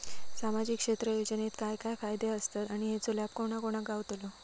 सामजिक क्षेत्र योजनेत काय काय फायदे आसत आणि हेचो लाभ कोणा कोणाक गावतलो?